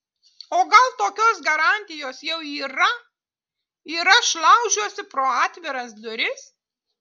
o gal tokios garantijos jau yra ir aš laužiuosi pro atviras duris